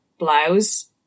blouse